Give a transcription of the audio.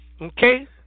okay